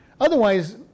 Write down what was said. Otherwise